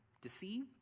deceive